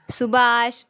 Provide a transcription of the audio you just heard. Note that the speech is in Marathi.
सुबाष